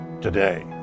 today